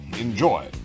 enjoy